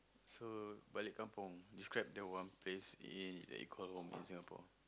describe your one place in that you call home in Singapore so Balik Kampung